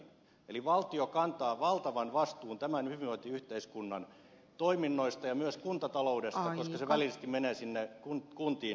eli valtio kantaa valtavan vastuun tämän hyvinvointiyhteiskunnan toiminnoista ja myös kuntataloudesta koska se välillisesti menee sinne kun kuntien